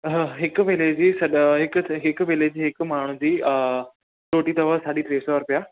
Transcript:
हा हिकु वेले जी सॼा हिक वेले जी हिकु माण्हूं जी अ रोटी अथव साॾी टे सौ रुपिया